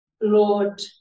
Lord